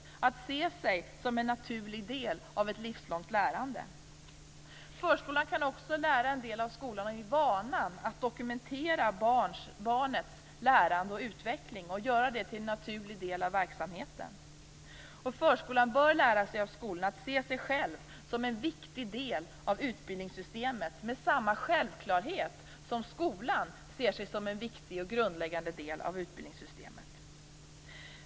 Man bör se sig som en naturlig del av ett livslångt lärande. Förskolan kan också lära en del av skolan i vanan att dokumentera barnets lärande och utveckling och göra det till en naturlig del av verksamheten. Förskolan bör lära sig av skolan att se sig själv som en viktig del av utbildningssystemet med samma självklarhet som skolan ser sig som en viktig och grundläggande del av utbildningssystemet.